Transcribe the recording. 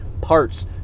parts